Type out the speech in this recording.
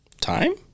Time